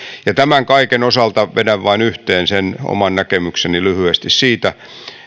tämän kaiken osalta vedän vain lyhyesti yhteen oman näkemykseni siitä